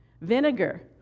Vinegar